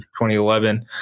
2011